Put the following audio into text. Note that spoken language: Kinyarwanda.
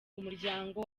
umuryango